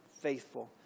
faithful